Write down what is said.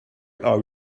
are